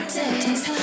days